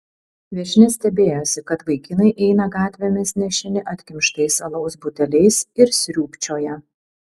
viešnia stebėjosi kad vaikinai eina gatvėmis nešini atkimštais alaus buteliais ir sriūbčioja